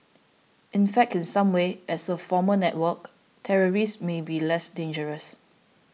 in fact in some ways as a formal network terrorists may be less dangerous